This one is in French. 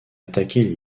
attaquer